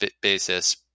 basis